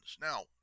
Now